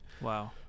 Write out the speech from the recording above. Wow